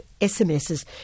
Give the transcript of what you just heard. SMS's